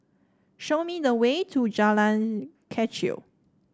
show me the way to Jalan Kechil